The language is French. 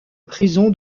prison